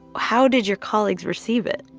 how did your colleagues receive it?